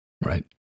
Right